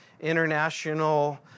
International